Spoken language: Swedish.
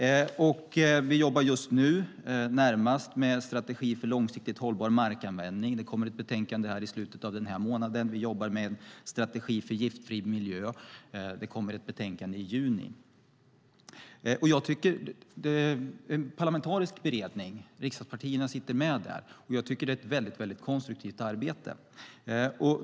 Närmast gäller det en strategi för en långsiktigt hållbar markanvändning. Ett betänkande kommer i slutet av denna månad. Vi jobbar även med en strategi för en giftfri miljö. Ett betänkande kommer i juni. I den parlamentariska beredningen sitter riksdagspartiernas representanter med. Det är ett mycket konstruktivt arbete.